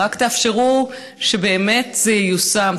רק תאפשרו שבאמת זה ייושם,